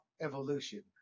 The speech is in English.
evolution